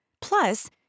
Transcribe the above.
Plus